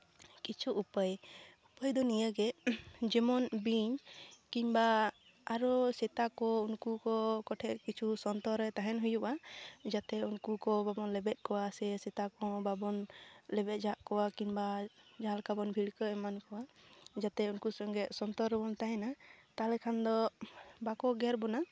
ᱠᱤᱪᱷᱩ ᱩᱯᱟᱹᱭ ᱩᱯᱟᱹᱭ ᱫᱚ ᱱᱤᱭᱟᱹᱜᱮ ᱡᱮᱢᱚᱱ ᱵᱤᱧ ᱠᱤᱝᱵᱟ ᱟᱨᱚ ᱥᱮᱛᱟᱠᱚ ᱩᱱᱠᱩ ᱠᱚ ᱠᱚᱴᱷᱮᱡ ᱠᱤᱪᱷᱩ ᱥᱚᱱᱛᱚᱨ ᱨᱮ ᱛᱟᱦᱮᱱ ᱦᱩᱭᱩᱜᱼᱟ ᱡᱟᱛᱮ ᱩᱱᱠᱩ ᱠᱚ ᱵᱟᱵᱚᱱ ᱞᱮᱵᱮᱫ ᱠᱚᱣᱟ ᱥᱮ ᱥᱮᱛᱟ ᱠᱚᱦᱚᱸ ᱵᱟᱵᱚᱱ ᱞᱮᱵᱮᱫ ᱡᱷᱟᱜ ᱠᱚᱣᱟ ᱠᱤᱝᱵᱟ ᱡᱟᱦᱟᱸ ᱞᱮᱠᱟ ᱵᱚᱱ ᱵᱷᱤᱲᱠᱟᱹᱣ ᱮᱢᱟᱱ ᱠᱚᱣᱟ ᱡᱟᱛᱮ ᱩᱱᱠᱩ ᱥᱚᱸᱜᱮ ᱥᱚᱱᱛᱚᱨ ᱨᱮᱵᱚᱱ ᱛᱟᱦᱮᱱᱟ ᱛᱟᱦᱚᱞᱮ ᱠᱷᱟᱱ ᱫᱚ ᱵᱟᱠᱚ ᱜᱮᱨ ᱵᱚᱱᱟ